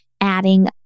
adding